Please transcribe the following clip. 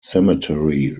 cemetery